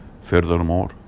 Furthermore